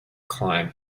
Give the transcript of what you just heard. climb